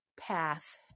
path